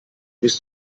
bis